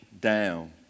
down